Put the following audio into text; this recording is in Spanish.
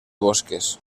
bosques